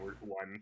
one